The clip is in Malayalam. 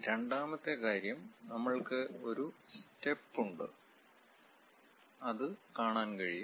രണ്ടാമത്തെ കാര്യം നമ്മൾക്ക് ഒരു സ്റ്റെപ് ഉണ്ട് അത് കാണാൻ കഴിയും